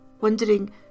wondering